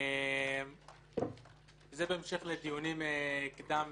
זה בהמשך לדיונים קדם